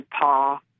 Paul